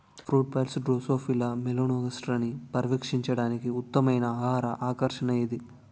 Fruit flies drosophila మెలనోగాస్టర్ని పర్యవేక్షించడానికి ఉత్తమమైన ఆహార ఆకర్షణ ఏది?